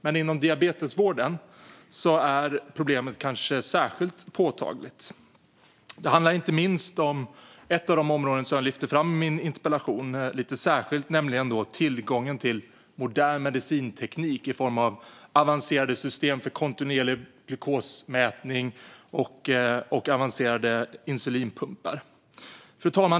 Men inom diabetesvården är problemet kanske särskilt påtagligt. Det handlar inte minst om ett av de områden som jag lyfte fram lite särskilt i min interpellation, nämligen tillgången till modern medicinteknik i form av avancerade system för kontinuerlig glukosmätning och avancerade insulinpumpar.